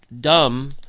dumb